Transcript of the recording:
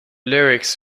lyrics